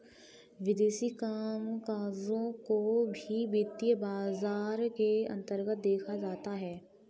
विदेशी कामकजों को भी वित्तीय बाजार के अन्तर्गत देखा जाता है